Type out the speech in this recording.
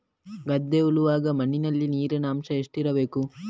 ಗದ್ದೆ ಉಳುವಾಗ ಮಣ್ಣಿನಲ್ಲಿ ನೀರಿನ ಅಂಶ ಎಷ್ಟು ಇರಬೇಕು?